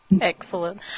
excellent